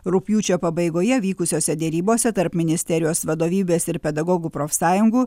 rugpjūčio pabaigoje vykusiose derybose tarp ministerijos vadovybės ir pedagogų profsąjungų